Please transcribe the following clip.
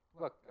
look